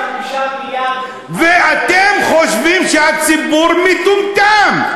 35 מיליארד, ואתם חושבים שהציבור מטומטם.